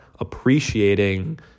appreciating